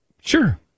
sure